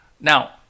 Now